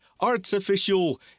artificial